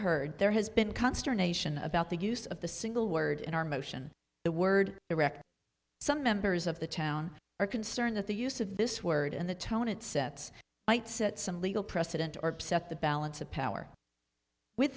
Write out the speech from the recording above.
heard there has been consternation about the use of the single word in our motion the word direct some members of the town are concerned that the use of this word in the tone it sets might set some legal precedent or set the balance of power with